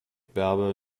bärbel